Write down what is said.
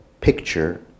picture